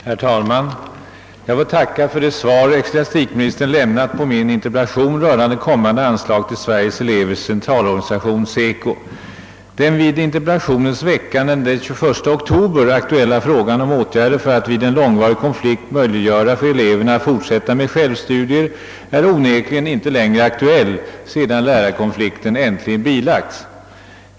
Herr talman! Jag tackar för det svar ecklesiastikministern lämnat på min interpellation rörande kommande anslag till Sveriges elevers centralorganisation, SECO. Den vid interpellationens väckande den 21 oktober aktuella frågan om åtgärder för att vid en långvarig konflikt möjliggöra för eleverna att fortsätta med självstudier är onekligen inte längre aktuell sedan lärarkonflikten äntligen bilagts.